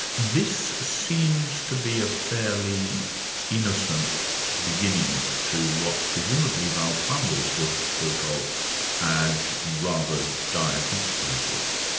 this seems to be a fairly innocent beginning to what presumably val plumwood would have thought of as rather dire consequences.